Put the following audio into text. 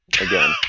again